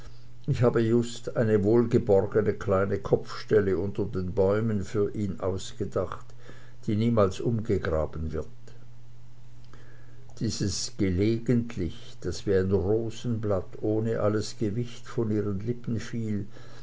ich habe just eine wohlgeborgene kleine kopfstelle unter den bäumen für ihn ausgedacht die niemals umgegraben wird dieses gelegentlich das wie ein rosenblatt ohne alles gewicht von ihren lippen fiel